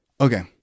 Okay